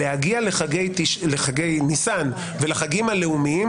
להגיע לחגי ניסן ולחגים הלאומיים